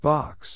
Box